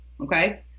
okay